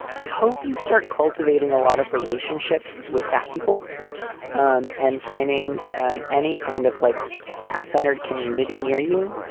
i hope you start cultivating a lot of relationships with that people um and finding and any kind of like fat centered community near you.